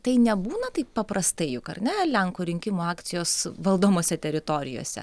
tai nebūna taip paprastai juk ar ne lenkų rinkimų akcijos valdomose teritorijose